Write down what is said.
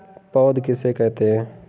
पौध किसे कहते हैं?